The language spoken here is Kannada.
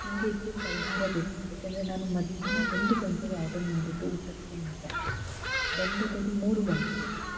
ನನಗೆ ಇದಕ್ಕೆ ಪರಿಹಾರ ಬೇಕು ಯಾಕೆಂದರೆ ನಾನು ಮಧ್ಯಾಹ್ನ ಒಂದು ಗಂಟೆಗೆ ಆರ್ಡರ್ ಮಾಡಿದ್ದು ಊಟಕ್ಕೆ ಅಂತ ಬಂದದ್ದದು ಮೂರು ಗಂಟೆಗೆ